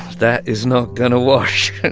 that is not going to wash.